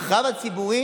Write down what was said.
אבל במרחב הציבורי?